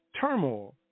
turmoil